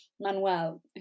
Manuel